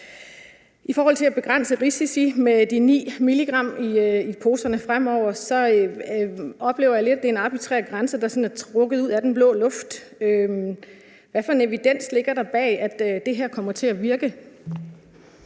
I forhold til at begrænse risiciene ved at lægge 9 mg i poserne oplever jeg lidt, at det er en arbitrær grænse, der sådan er trukket ud af den blå luft. Hvilken evidens er der er for, at det her kommer til at virke?